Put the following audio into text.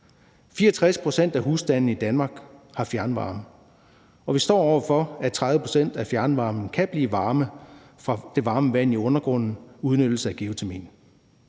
64 pct. af husstandene i Danmark har fjernvarme, og vi står over for, at 30 pct. af fjernvarmen kan blive varme fra det varme vand i undergrunden via en udnyttelse af geotermien.